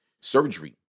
surgery